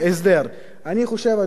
אני חושב, אדוני היושב-ראש,